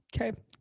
Okay